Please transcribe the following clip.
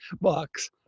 box